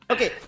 Okay